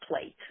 plate